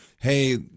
hey